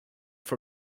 for